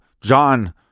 John